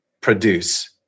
produce